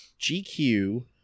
GQ